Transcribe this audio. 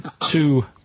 two